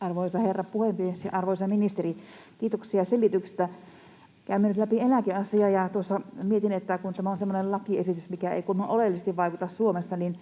Arvoisa herra puhemies! Arvoisa ministeri! Kiitoksia selityksestä. Käymme nyt läpi eläkeasiaa, ja mietin, että kun tämä on semmoinen lakiesitys, mikä ei kuulemma oleellisesti vaikuta Suomessa, niin